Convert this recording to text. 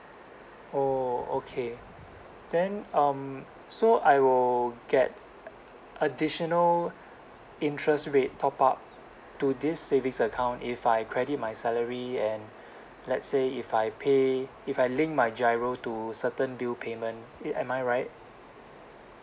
oh okay then um so I will get additional interest rate top up to this savings account if I credit my salary and let's say if I pay if I link my GIRO to certain bill payment eh am I right